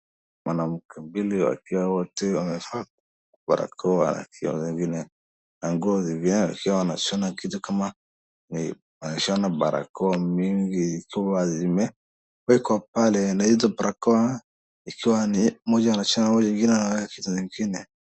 Mwanawake mbili wakiwa wote wamevaa barakoa wakiwa wengine na nguo zingine wakiwa wanashona kitu kama wanashona barakoa mingi zikiwa zimewekwa pale na hizo barakoa ikiwa ni mmoja anashona mmoja mwingine anaweka kitu ingine.